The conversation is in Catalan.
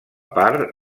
part